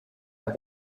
have